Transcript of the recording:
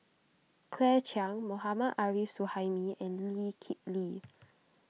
Claire Chiang Mohammad Arif Suhaimi and Lee Kip Lee